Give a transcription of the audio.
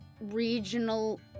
regional